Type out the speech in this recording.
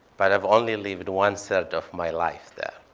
but i've only lived one-third of my life there.